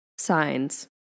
signs